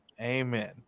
Amen